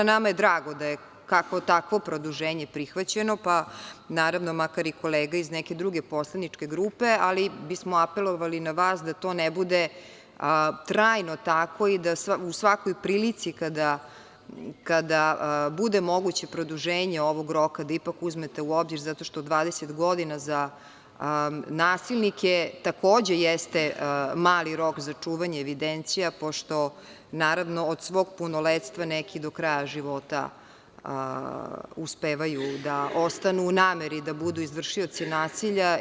Drago nam je da je kakvo-takvo produženje prihvaćeno, pa makar i kolega iz neke druge poslaničke grupe, apelovali bismo na vas da to ne bude trajno tako i da u svakoj prilici kada bude moguće produženje ovog roka da ipak uzmete u obzir, zato što 20 godina za nasilnike je takođe mali rok za čuvanje evidencija, pošto od svog punoletstva, neki do kraja života uspevaju da ostanu u nameri da budu izvršioci nasilja.